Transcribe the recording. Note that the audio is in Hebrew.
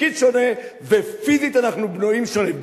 תפקיד שונה, ופיזית אנחנו בנויים שונה.